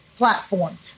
Platform